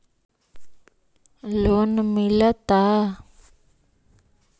Loan मिलता?